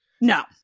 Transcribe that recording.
no